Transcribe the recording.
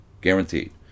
guaranteed